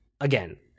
again